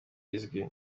rizwi